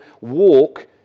walk